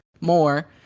more